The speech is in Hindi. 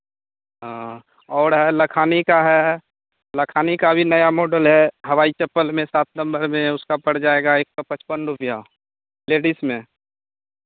हाँ और है लखानी का है लखानी का भी नया मोडल है हवाई चप्पल में सात नंबर में है उसका पड़ जाएगा एक सौ पचपन रुपैया लेडिस में